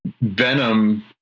Venom